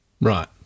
Right